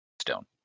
Stone